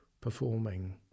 performing